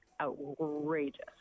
outrageous